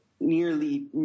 nearly